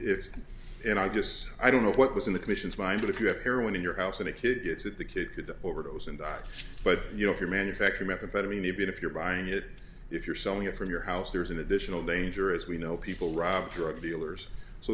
if and i just i don't know what was in the commission's mind but if you have heroin in your house and a kid gets it the kid could overdose and die but you know if you manufacture methamphetamine even if you're buying it if you're selling it from your house there's an additional danger as we know people robbed drug dealers so